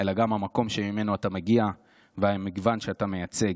אלא גם מהמקום שממנו אתה מגיע והמגוון שאתה מייצג,